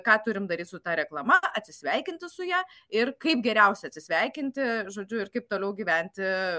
ką turim daryt su ta reklama atsisveikinti su ja ir kaip geriausia atsisveikinti žodžiu ir kaip toliau gyventi